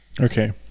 Okay